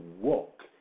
walk